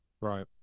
right